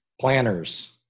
planners